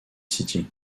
city